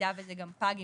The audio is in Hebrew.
במידה וזה גם פג,